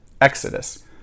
Exodus